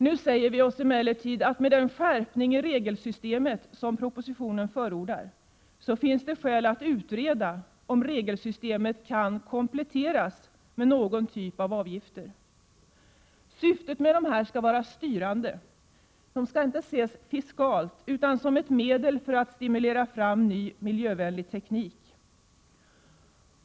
Nu säger vi oss emellertid att med den skärpning i regelsystemet som propositionen förordar finns det skäl att utreda om regelsystemet kan kompletteras med någon typ av avgifter. Syftet med dessa avgifter skall vara styrande. De skall inte ses fiskalt utan som medel för att stimulera fram ny miljövänlig teknik.